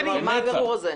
מה הבירור הזה?